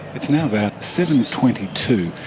it's now about seven. twenty two,